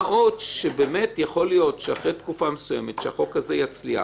מה עוד שיכול להיות שאחרי תקופה מסוימת החוק הזה יצליח